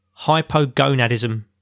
Hypogonadism